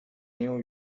new